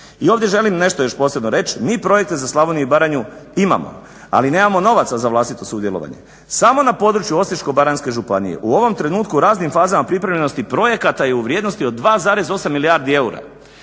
I ovdje želim nešto još samo posebno reć, mi projekte za Slavoniju i Baranju imamo, ali nemamo novaca za vlastito sudjelovanje. Samo na području Osječko-baranjske županije u ovom trenutku u raznim fazama pripremljenosti projekata je u vrijednosti od 2,8 milijardi eura.